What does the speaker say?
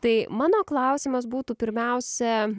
tai mano klausimas būtų pirmiausia